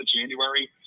January